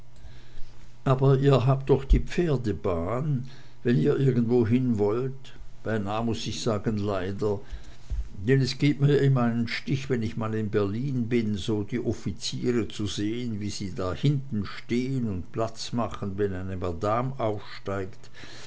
aber ihr habt doch die pferdebahn wenn ihr irgendwohin wollt beinah muß ich sagen leider denn es gibt mir immer einen stich wenn ich mal in berlin bin so die offiziere zu sehen wie sie da hinten stehen und platz machen wenn eine madam aufsteigt